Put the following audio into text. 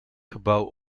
gebouw